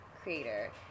creator